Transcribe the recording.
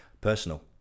Personal